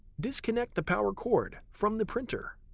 disconnect the power cord from the printer.